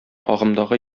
агымдагы